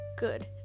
Good